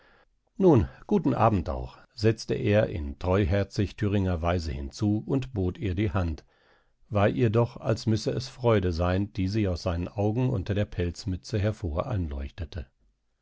nun guten abend auch setzte er in treuherzig thüringer weise hinzu und bot ihr die hand war ihr doch als müsse es freude sein die sie aus seinen augen unter der pelzmütze hervor anleuchtete